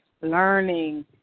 learning